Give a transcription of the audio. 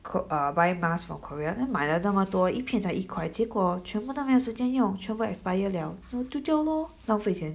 ko~ err buy mask from Korea then 买了那么多一片才一块结果全部都没有时间用全部 expire liao then 丢掉咯浪费钱